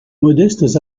modestes